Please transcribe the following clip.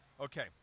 okay